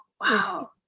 wow